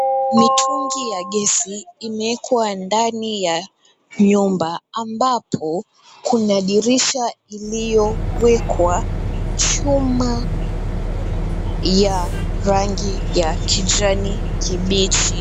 Mitungi ya gesi imewekwa ndani ya nyumba ambapo, kuna dirisha iliyowekwa chuma ya rangi ya kijani kibichi.